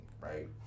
right